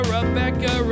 Rebecca